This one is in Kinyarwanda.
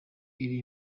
iri